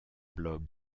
blog